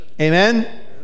Amen